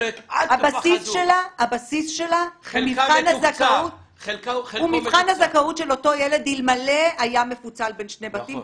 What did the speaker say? הבסיס שלה הוא מבחן הזכאות של אותו ילד אלמלא היה מפוצל בין שני בתים,